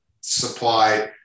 supply